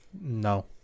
No